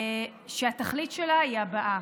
שהתכלית שלה היא הבאה.